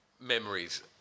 memories